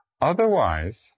Otherwise